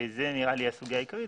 וזאת נראית לי הסוגיה העיקרית,